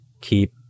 keep